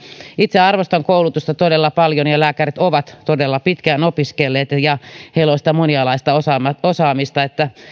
itse arvostan koulutusta todella paljon ja ja lääkärit ovat todella pitkään opiskelleet ja ja heillä on sitä monialaista osaamista osaamista